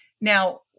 Now